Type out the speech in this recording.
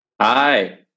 Hi